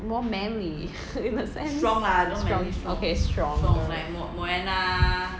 more manly in a sense okay strong